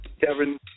Kevin